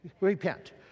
Repent